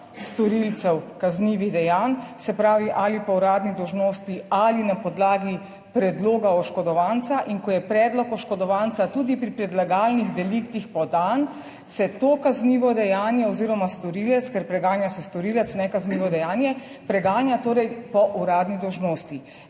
storilcev kaznivih dejanj, se pravi ali po uradni dolžnosti ali na podlagi predloga oškodovanca in ko je predlog oškodovanca tudi pri predlagalnih deliktih podan, se to kaznivo dejanje oziroma storilec, ker preganja se storilec, ne kaznivo dejanje, preganja torej po uradni dolžnosti